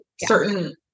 certain